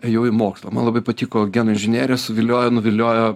ėjau į mokslą man labai patiko genų inžinerija suviliojo nuviliojo